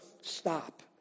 stop